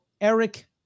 Eric